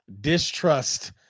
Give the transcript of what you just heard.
distrust